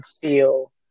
feel